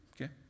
Okay